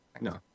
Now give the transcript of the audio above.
No